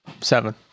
Seven